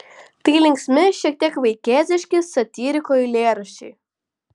tai linksmi šiek tiek vaikėziški satyriko eilėraščiai